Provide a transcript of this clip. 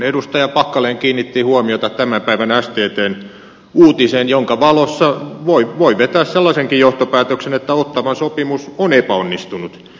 edustaja packalen kiinnitti huomiota tämän päivän sttn uutiseen jonka valossa voi vetää sellaisenkin johtopäätöksen että ottawan sopimus on epäonnistunut